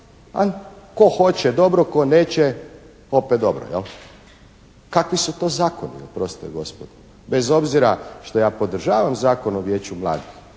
tko hoće dobro, tko neće opet dobro. Kakvi su to zakoni oprostite gospodo bez obzira što ja podržavam Zakon o vijeću mladih.